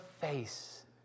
face